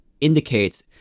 indicates